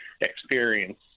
experience